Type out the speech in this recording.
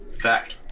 fact